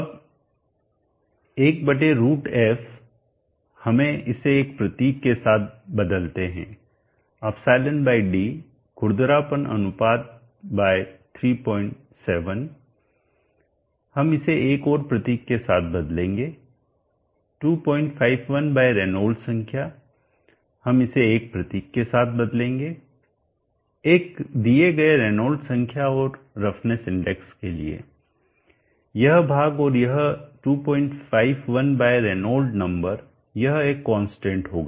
अब 1√f हमें इसे एक प्रतीक के साथ बदलते हैं εd खुरदरापन अनुपात बाय 37 हम इसे एक और प्रतीक के साथ बदलेंगे 251 बाय रेनॉल्ड्स संख्या हम इसे एक प्रतीक के साथ बदलेंगे एक दिए गए रेनॉल्ड्स संख्या और रफनेस इंडेक्स के लिए यह भाग और यह 251 बाय रेनॉल्ड्स नंबर यह एक कांस्टेंट होगा